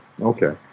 okay